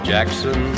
Jackson